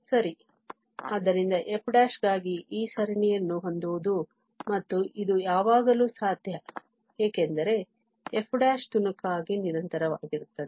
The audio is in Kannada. ಸರಿ ಆದ್ದರಿಂದ f ಗಾಗಿ ಈ ಸರಣಿಯನ್ನು ಹೊಂದಿರುವುದು ಮತ್ತು ಇದು ಯಾವಾಗಲೂ ಸಾಧ್ಯ ಏಕೆಂದರೆ f ತುಣುಕಾಗಿ ನಿರಂತರವಾಗಿರುತ್ತದೆ